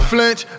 Flinch